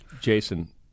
Jason